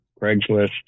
Craigslist